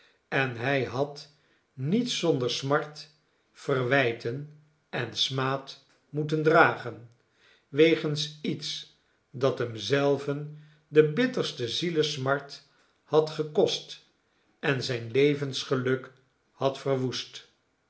en hij had niet zonder smart verwijten en smaad moeten dragen wegens iets dat hem zelven de bitterste zielesmart had gekost en zijn levensgeluk had veiwoest